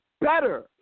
better